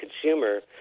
consumer